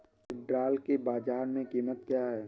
सिल्ड्राल की बाजार में कीमत क्या है?